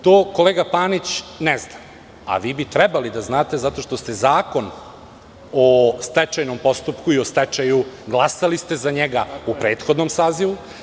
To kolega Panić ne zna, a vi bi trebali da znate, zato što ste Zakon o stečajnom postupku i o stečaju glasali za njega u prethodnom sazivu.